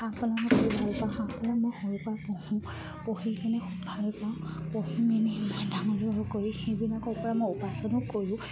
হাঁহ পালন মই খুব ভাল পাওঁ হাঁহ পালন মই সৰুৰ পৰা পঢ়োঁ পঢ়িলে খুব ভাল পাওঁ পঢ়ি মেলি মই ডাঙৰ কৰি সেইবিলাকৰ পৰা মই উপাৰ্জনো কৰোঁ